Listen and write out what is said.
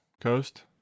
coast